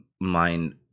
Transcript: mind